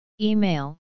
Email